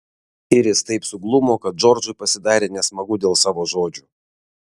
iris taip suglumo kad džordžui pasidarė nesmagu dėl savo žodžių